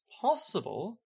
possible